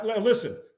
listen